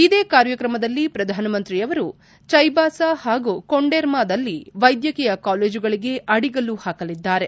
ಇದೇ ಕಾರ್ಯಕ್ರಮದಲ್ಲಿ ಪ್ರಧಾನಮಂತ್ರಿಯವರು ಚೈಬಾಸ ಹಾಗೂ ಕೊಂಡೆರ್ಮಾದಲ್ಲಿ ವೈದ್ಯಕೀಯ ಕಾಲೇಜುಗಳಿಗೆ ಅಡಿಗಲ್ಲು ಹಾಕಲಿದ್ದಾರೆ